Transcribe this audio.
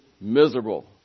miserable